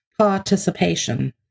participation